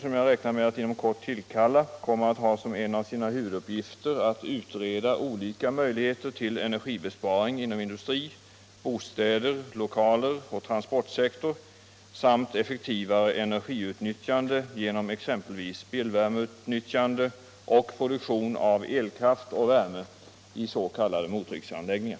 som jag räknar med att inom kort tillkalla, kommer att ha som en av sina huvuduppgifter att utreda olika möjligheter till energibesparing inom industri, bostäder, lokaler och transportsektor samt effektivare energiutnyttjande genom exempelvis spillvärmeutnyttjande och produktion av elkraft och värme i s.k. mottrycksanläggningar.